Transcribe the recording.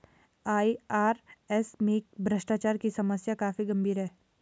IRS में भ्रष्टाचार की समस्या काफी गंभीर है